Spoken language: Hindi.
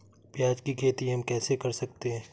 प्याज की खेती हम कैसे कर सकते हैं?